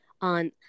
on